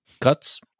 cuts